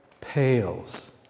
pales